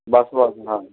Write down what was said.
ਬਸ ਬਸ ਹਾਂ